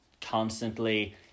constantly